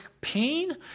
pain